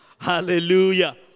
Hallelujah